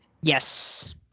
Yes